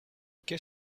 qu’est